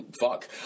fuck